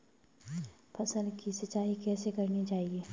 फसल की सिंचाई कैसे करनी चाहिए?